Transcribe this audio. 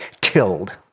killed